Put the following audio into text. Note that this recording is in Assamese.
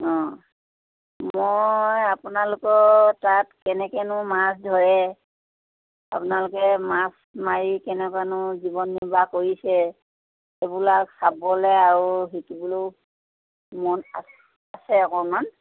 অঁ মই আপোনালোকৰ তাত কেনেকৈনো মাছ ধৰে আপোনালোকে মাছ মাৰি কেনেকৈনো জীৱন নিৰ্বাহ কৰিছে সইবিলাক চাবলৈ আৰু শিকিবলৈও মন আছ আছে অকণমান